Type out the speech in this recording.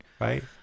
Right